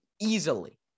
easily